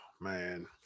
Man